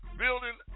building